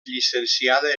llicenciada